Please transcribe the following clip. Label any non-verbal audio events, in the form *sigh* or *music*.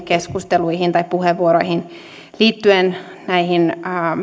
*unintelligible* keskusteluihin tai puheenvuoroihin liittyen näihin